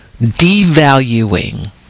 devaluing